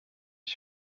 ich